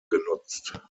genutzt